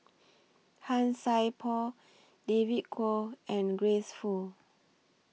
Han Sai Por David Kwo and Grace Fu